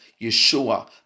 Yeshua